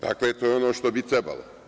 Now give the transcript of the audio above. Dakle, to je ono što bi trebalo.